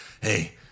Hey